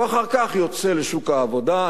הוא אחר כך יוצא לשוק העבודה.